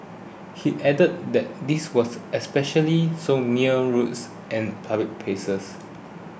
he added that this was especially so near roads and public places